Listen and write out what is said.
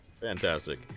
Fantastic